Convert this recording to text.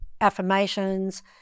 affirmations